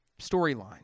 storyline